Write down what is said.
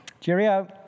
Cheerio